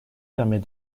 permet